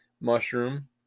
mushroom